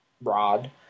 rod